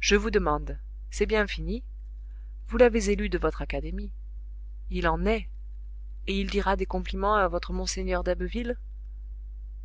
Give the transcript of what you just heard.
je vous demande c'est bien fini vous l'avez élu de votre académie il en est et il dira des compliments à votre mgr d'abbeville